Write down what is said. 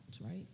right